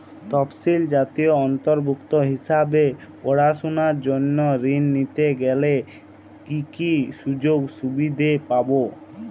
তফসিলি জাতির অন্তর্ভুক্ত হিসাবে পড়াশুনার জন্য ঋণ নিতে গেলে কী কী সুযোগ সুবিধে পাব?